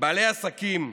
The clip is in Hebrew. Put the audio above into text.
בעלי עסקים,